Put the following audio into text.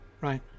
right